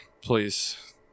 Please